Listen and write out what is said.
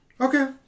Okay